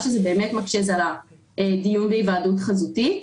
זה באמת מקשה על הדיון בהיוועדות חזותית.